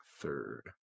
third